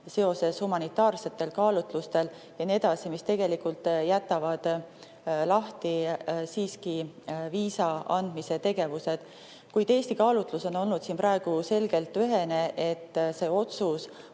humanitaarsetel kaalutlustel ja nii edasi, mis tegelikult jätavad lahti siiski viisa andmise tegevused. Eesti kaalutlus on olnud siin praegu selgelt ühene: see otsus